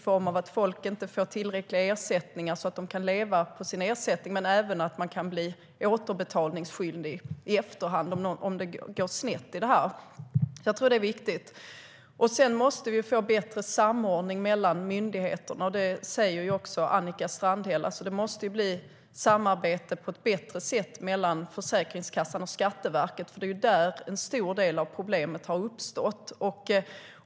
Folk får inte tillräckliga ersättningar som de kan leva på, men man kan även bli återbetalningsskyldig i efterhand om det går snett. Jag tror att detta är viktigt. Sedan måste vi få bättre samordning mellan myndigheterna. Det säger också Annika Strandhäll. Det måste bli ett bättre samarbete mellan Försäkringskassan och Skatteverket, för det är där en stor del av problemet har uppstått.